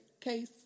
case